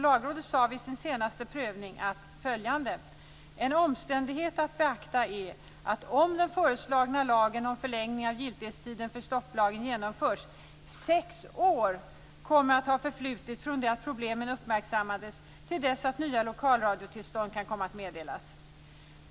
Lagrådet sade vid sin senaste prövning följande: "En omständighet att beakta är att, om den föreslagna lagen om förlängning av giltighetstiden för stopplagen genomförs, sex år kommer att ha förflutit från det att problemen uppmärksammades till dess att nya lokalradiotillstånd kan komma att meddelas.